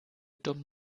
dumm